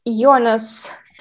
jonas